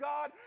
God